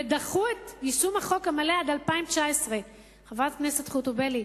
ודחו את יישום החוק המלא עד 2010. חברת הכנסת חוטובלי,